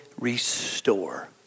restore